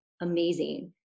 amazing